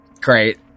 great